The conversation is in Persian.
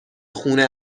خونه